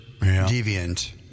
deviant